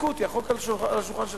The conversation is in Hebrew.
תבדקו אותי, החוק על השולחן שלכם.